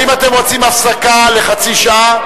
האם אתם רוצים הפסקה לחצי שעה,